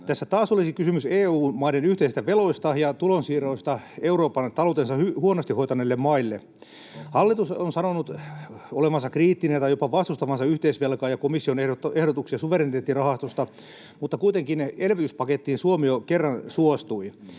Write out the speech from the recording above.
Tässä taas olisi kysymys EU-maiden yhteisistä veloista ja tulonsiirroista taloutensa huonosti hoitaneille Euroopan maille. Hallitus on sanonut olevansa kriittinen tai jopa vastustavansa yhteisvelkaa ja komission ehdotuksia suvereniteettirahastosta, mutta kuitenkin elvytyspakettiin Suomi jo kerran suostui.